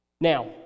Now